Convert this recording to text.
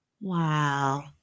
Wow